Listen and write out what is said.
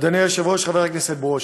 אדוני היושב-ראש, חבר הכנסת ברושי,